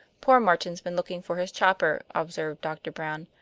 poor martin's been looking for his chopper, observed doctor brown,